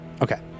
okay